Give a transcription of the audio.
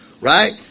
Right